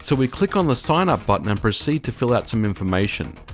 so we click on the sign up button and proceed to fill out some information.